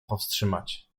powstrzymać